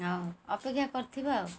ହଉ ଅପେକ୍ଷା କରିଥିବା ଆଉ